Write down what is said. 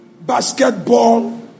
basketball